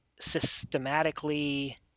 systematically